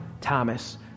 Thomas